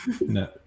no